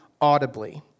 audibly